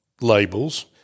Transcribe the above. labels